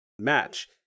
match